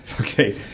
Okay